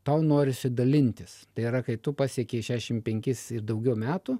tau norisi dalintis tai yra kai tu pasieki šešiasdešimt penkis ir daugiau metų